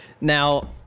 Now